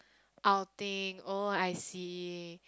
outing oh I see